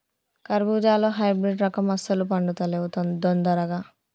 కర్బుజాలో హైబ్రిడ్ రకం అస్సలు పండుతలేవు దొందరగా